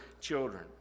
children